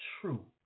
true